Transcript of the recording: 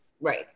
Right